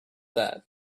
that